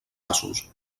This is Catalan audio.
asos